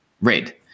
red